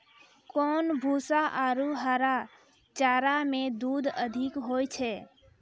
कोन भूसा आरु हरा चारा मे दूध अधिक होय छै?